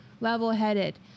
Level-headed